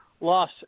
loss